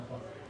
נכון.